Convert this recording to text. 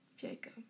Jacob